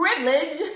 privilege